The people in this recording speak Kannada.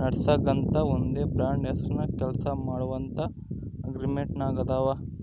ನಡಿಸ್ಗಾಂತ ಒಂದೇ ಬ್ರಾಂಡ್ ಹೆಸರ್ನಾಗ ಕೆಲ್ಸ ಮಾಡ್ತೀವಂತ ಅಗ್ರಿಮೆಂಟಿನಾಗಾದವ